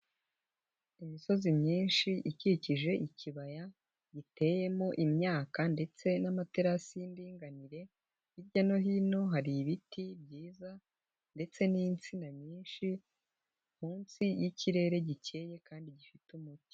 Imisozi myinshi ikikije ikibaya giteyemo imyaka ndetse n'amaterasi y'indinganire, hirya no hino hari ibiti byiza ndetse n'insina nyinshi, munsi y'ikirere gikeye kandi gifite umucyo.